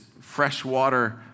freshwater